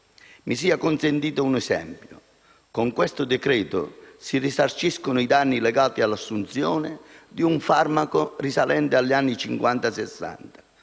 Mi sia consentito un esempio. Con questo decreto-legge si risarciscono i danni legati all'assunzione di un farmaco risalente agli anni